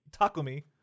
Takumi